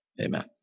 Amen